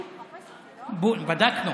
בדקנו.